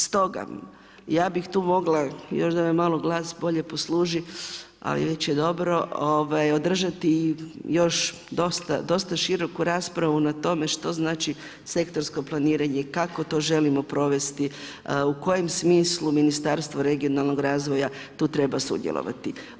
Stoga, ja bih tu mogla još da me glas malo bolje posluži ali već je dobro, održati još dosta široku raspravu na tome što znači sektorsko planiranje i kako to želimo provesti, u kojem smislu Ministarstvo regionalnog razvoja tu treba sudjelovati.